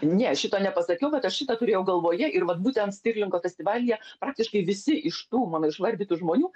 ne šito nepasakiau kad aš šitą turėjau galvoje ir vat būtent stirlingo festivalyje praktiškai visi iš tų mano išvardytų žmonių